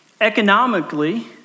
Economically